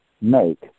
make